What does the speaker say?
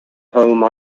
home